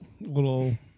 little